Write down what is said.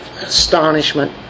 Astonishment